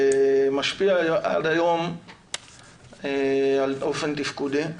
ומשפיע עד היום על אופן תפקודי.